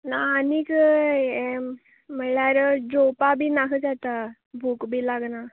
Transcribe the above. ना आनीक यें म्हळ्यार जोवपाक बीन नाका जाता भूक बी लागना